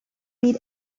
meet